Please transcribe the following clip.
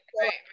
right